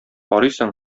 карыйсың